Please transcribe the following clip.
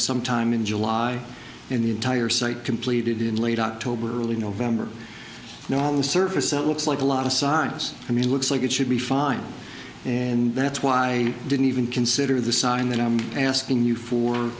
sometime in july in the entire site completed in late october early november now on the surface it looks like a lot of signs i mean looks like it should be fine and that's why i didn't even consider the sign that i'm asking you for